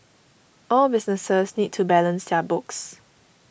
all businesses need to balance their books